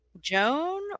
joan